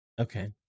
Okay